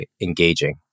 engaging